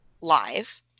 live